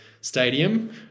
stadium